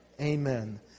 Amen